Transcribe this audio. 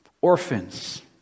Orphans